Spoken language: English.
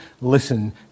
listen